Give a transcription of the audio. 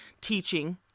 teaching